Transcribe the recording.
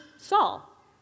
Saul